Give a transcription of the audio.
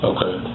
Okay